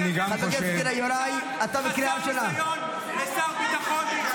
אבל בואו נאפשר למליאה --- ולמנות שר --- כנראה